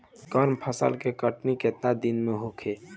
गर्मा फसल के कटनी केतना दिन में होखे?